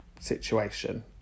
situation